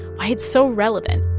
why it's so relevant,